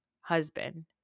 husband